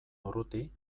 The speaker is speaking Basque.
urruti